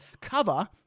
cover